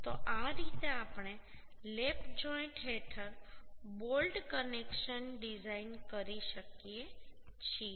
તો આ રીતે આપણે લેપ જોઈન્ટ હેઠળ બોલ્ટ કનેક્શન ડિઝાઇન કરી શકીએ છીએ